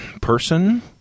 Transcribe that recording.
person